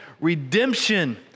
redemption